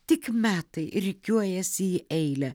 tik metai rikiuojas į eilę